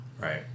right